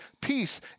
peace